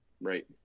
Right